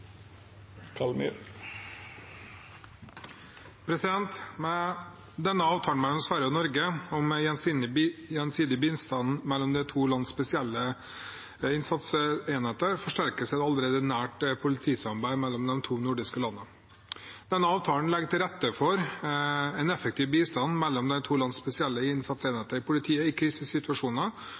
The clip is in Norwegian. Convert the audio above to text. Med denne avtalen mellom Sverige og Norge om gjensidig bistand mellom de to lands spesielle innsatsenheter forsterkes et allerede nært politisamarbeid mellom de to nordiske landene. Denne avtalen legger til rette for en effektiv bistand mellom de to lands spesielle innsatsenheter i politiet i krisesituasjoner